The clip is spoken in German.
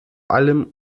allem